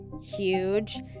Huge